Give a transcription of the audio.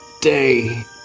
day